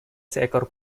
seekor